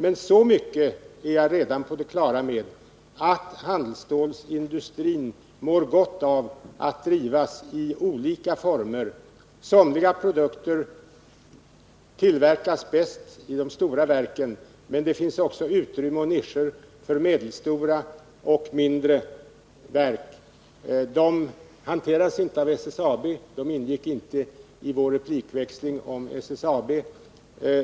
Men så mycket är jag redan på det klara med som att handelsstålsindustrin mår gott av att drivas i olika former. Somliga produkter tillverkas bäst i de stora verken. Men det finns också utrymme och nischer för medelstora och mindre verk. De hanteras inte av SSAB.